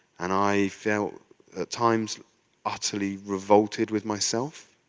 and i felt at times utterly revolted with myself